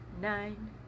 nine